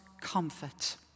comfort